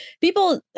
people